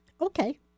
Okay